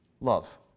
Love